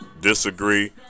disagree